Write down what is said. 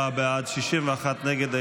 44 בעד, 61 נגד.